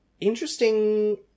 interesting